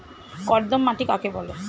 কর্দম মাটি কাকে বলে?